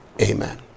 Amen